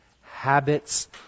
habits